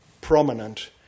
prominent